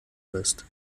wirst